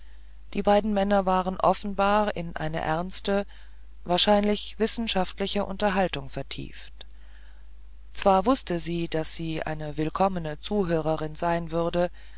die beiden männer waren offenbar in eine ernste wahrscheinlich wissenschaftliche unterhaltung vertieft zwar wußte sie daß sie eine willkommene zuhörerin sein würde